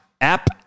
app